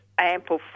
Ample